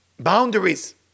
Boundaries